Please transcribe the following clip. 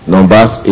Numbers